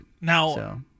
Now